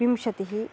विंशतिः